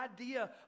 idea